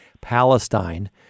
Palestine